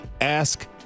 ask